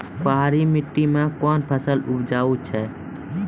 पहाड़ी मिट्टी मैं कौन फसल उपजाऊ छ?